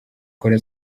kora